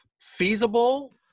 feasible